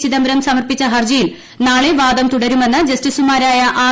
ചിദംബരം സമർപ്പിച്ച ഹർജിയിൽ നാളെ വാദം തുടരുമെന്ന് ജസ്റ്റിസുമാരായ ആർ